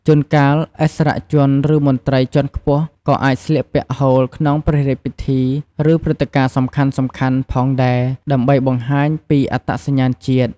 ជួនកាលឥស្សរជន ឬមន្ត្រីជាន់ខ្ពស់ក៏អាចស្លៀកពាក់ហូលក្នុងព្រះរាជពិធី ឬព្រឹត្តិការណ៍សំខាន់ៗផងដែរ ដើម្បីបង្ហាញពីអត្តសញ្ញាណជាតិ។